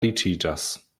riĉiĝas